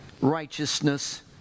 righteousness